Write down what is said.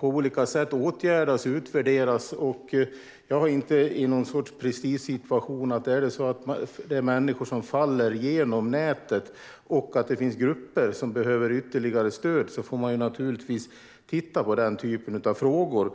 på olika sätt åtgärdas och utvärderas, och jag är inte i någon sorts prestigesituation - är det så att människor faller genom nätet och att det finns grupper som behöver ytterligare stöd får man naturligtvis titta på den typen av frågor.